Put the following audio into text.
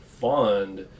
fund